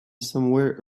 somewhere